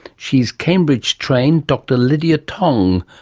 she is cambridge trained dr lydia tong,